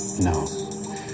No